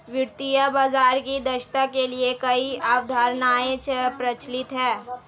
वित्तीय बाजार की दक्षता के लिए कई अवधारणाएं प्रचलित है